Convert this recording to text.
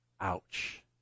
Ouch